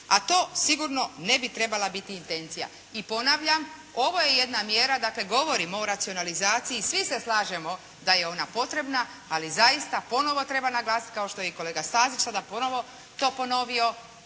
a to sigurno ne bi trebala biti intencija. I ponavljam, ovo je jedna mjera, dakle, govorimo o racionalizaciji, svi se slažemo da je ona potrebna, ali zaista ponovo treba naglasiti kao što je i kolega Stazić sada ponovo to ponovio,